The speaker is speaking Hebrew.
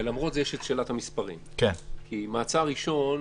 למרות זה יש את שאלת המספרים, כי מעצר ראשון